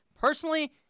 Personally